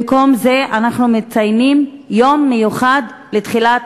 במקום זה אנחנו מציינים יום מיוחד לתחילת